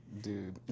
dude